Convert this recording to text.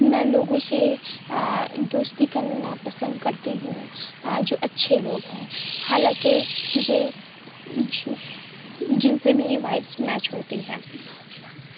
میں لوگوں سے دوستی کرنا پسند کرتی ہوں جو اچھے لوگ ہیں حالانکہ مجھے جن سے میری وائبز میچ ہوتی ہے